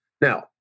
Now